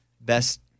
Best